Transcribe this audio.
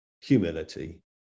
humility